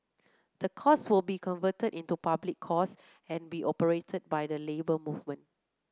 the course will be converted into a public course and be operated by the Labour Movement